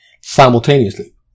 simultaneously